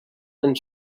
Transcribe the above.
and